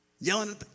yelling